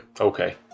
Okay